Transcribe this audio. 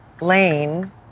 Lane